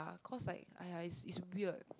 cause like !aiya! it's it's weird